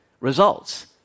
results